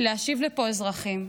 להשיב לפה אזרחים.